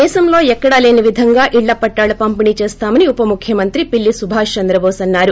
దేశంలో ఎక్కడా లేని విధంగా ఇళ్ల పట్టాలు పంపిణీ చేస్తామని ఉప ముఖ్యమంత్రి పిల్లి సుభాష్ చంద్రబోస్ అన్నారు